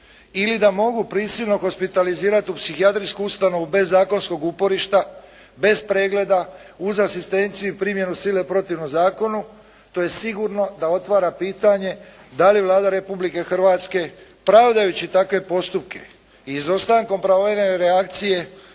ili da mogu prisilno hospitalizirati u psihijatrijsku ustanovu bez zakonskog uporišta, bez pregleda uz asistenciju i primjene sile protivno zakonu to je sigurno da otvara pitanje da li Vlada Republike Hrvatske pravdajući takve postupke i izostankom pravovremene reakcije